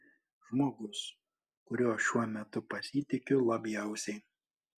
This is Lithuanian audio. žmogus kuriuo šiuo metu pasitikiu labiausiai